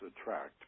attract